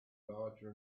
larger